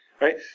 right